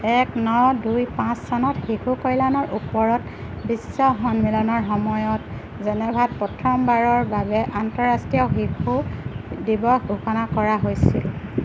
এক ন দুই পাঁচ চনত শিশু কল্যাণৰ ওপৰত বিশ্ব সন্মিলনৰ সময়ত জেনেভাত প্ৰথমবাৰৰ বাবে আন্তঃৰাষ্ট্ৰীয় শিশু দিৱস ঘোষণা কৰা হৈছিল